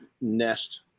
nest